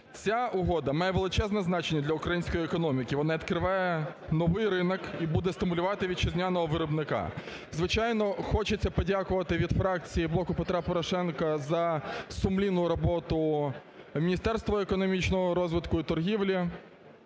Ця угода має величезне значення для української економіки, вона відкриває новий ринок і буде стимулювати вітчизняного виробника. Звичайно хочеться подякувати від фракції "Блоку Петра Порошенка" за сумлінну роботу Міністерство економічного розвитку і торгівлі,